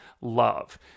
love